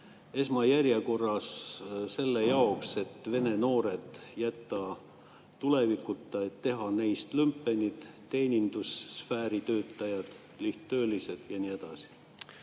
esmajärjekorras selle jaoks, et vene noored jätta tulevikuta, et teha neist lumpen, teenindussfääri töötajad, lihttöölised ja nii edasi.